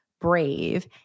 brave